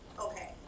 okay